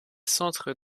centres